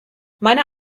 meiner